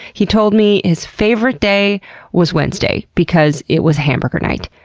he told me his favorite day was wednesday because it was hamburger night,